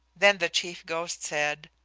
then the chief ghost said,